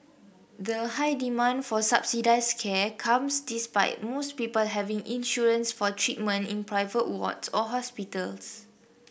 the high demand for subsidised care comes despite most people having insurance for treatment in private wards or hospitals